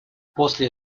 после